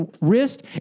wrist